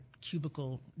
cubicle